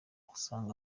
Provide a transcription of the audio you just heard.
ugasanga